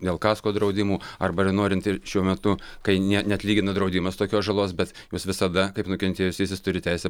dėl kasko draudimų arba ir norint ir šiuo metu kai ne neatlygina draudimas tokios žalos bet jūs visada kaip nukentėjusysis turit teisę